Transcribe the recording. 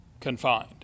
confined